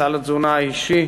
סל התזונה האישי.